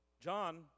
John